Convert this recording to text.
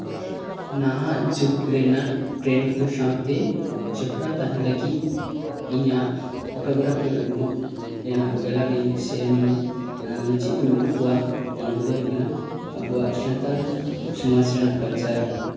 ᱱᱟᱦᱟᱜ ᱡᱩᱜᱽ ᱨᱮᱱᱟᱜ ᱴᱨᱮᱱᱰ ᱠᱚ ᱥᱟᱶᱛᱮ ᱡᱚᱯᱚᱲᱟᱣ ᱛᱟᱦᱮᱱ ᱞᱟᱹᱜᱤᱫ ᱤᱧᱟᱹᱜ ᱯᱷᱳᱴᱳ ᱜᱨᱟᱯᱷᱤ ᱩᱫᱩᱜ ᱨᱮᱱᱟᱜ ᱜᱮᱞᱟᱨᱤ ᱥᱮ ᱢᱟᱱᱮ ᱪᱮᱫ ᱠᱚᱧ ᱩᱫᱩᱜ ᱟᱠᱚᱣᱟ ᱚᱱᱟ ᱫᱚ ᱦᱳᱭᱳᱜ ᱠᱟᱱᱟ ᱟᱵᱚᱣᱟᱜ ᱥᱟᱱᱛᱟᱲ ᱥᱚᱢᱟᱡᱽ ᱨᱮᱱᱟᱜ ᱠᱟᱞᱪᱟᱨ